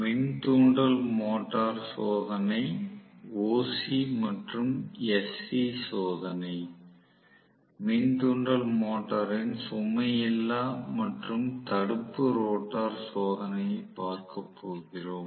மின் தூண்டல் மோட்டரின் சுமை இல்லா மற்றும் தடுப்பு ரோட்டார் சோதனையைப் பார்க்கப் போகிறோம்